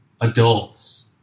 adults